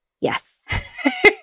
Yes